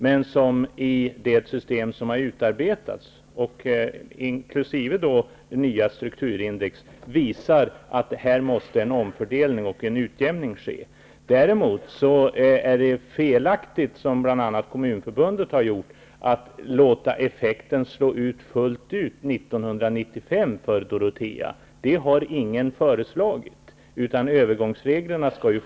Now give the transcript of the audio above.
Med det system som nu har utarbetats, inkl. nytt strukturindex, måste en omfördelning och en utjämning ske. Däremot är det felaktigt, som bl.a. Kommunförbundet har gjort, att låta effekten slå igenom fullt ut 1993 för Dorotea.